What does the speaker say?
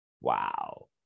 Wow